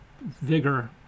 vigor